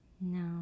no